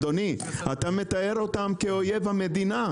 אדוני, אתה מתאר אותם כאויב המדינה.